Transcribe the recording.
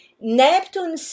Neptune